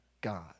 God